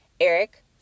Eric